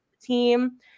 team